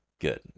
good